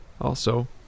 Also